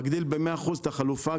מגביר ב-100 אחוז את החלופה,